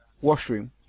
washroom